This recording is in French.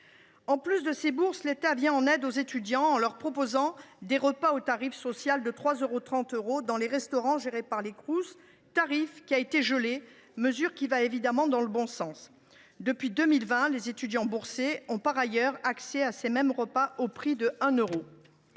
Outre ces bourses, l’État vient en aide aux étudiants en leur proposant des repas au tarif social de 3,30 euros dans les restaurants gérés par les Crous. Ce tarif a été gelé, ce qui va dans le bon sens. Depuis 2020, les étudiants boursiers ont, par ailleurs, accès à ces mêmes repas au prix de 1 euro.